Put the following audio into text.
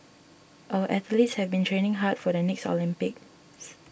our athletes have been training hard for the next Olympics